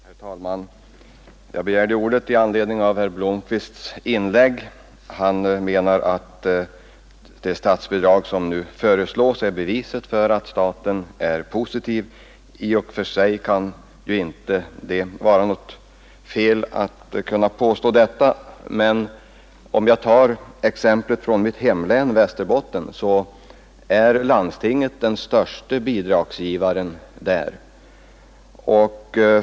Herr talman! Jag begärde ordet i anledning av herr Blomkvists inlägg. Han menar att det statsbidrag som nu föreslås är beviset för att staten är Positiv. I och för sig kan det ju inte vara något fel att påstå detta. Låt mig emellertid ta ett exempel från mitt hemlän, Västerbotten. Landstinget är där den största bidragsgivaren.